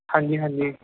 ਹਾਂਜੀ ਹਾਂਜੀ